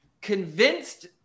convinced